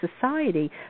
society